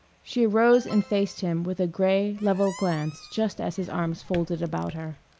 she arose and faced him with a gray, level glance just as his arms folded about her.